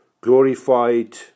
glorified